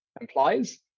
implies